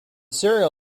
serial